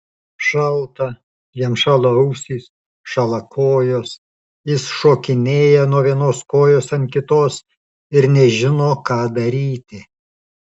šalta jam šąla ausys šąla kojos jis šokinėja nuo vienos kojos ant kitos ir nežino ką daryti